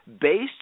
Based